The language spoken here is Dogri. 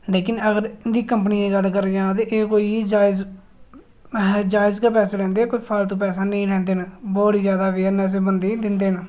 ते जेकर इं'दी कंपनियें दी गल्ल करै ते कोई जायज गै पैसे लैंदे ते जैदा पैसा नेईं लैंदे न ते बहुत अवेयरनेस बंदे गी दिंदे न